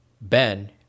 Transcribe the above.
Ben